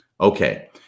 Okay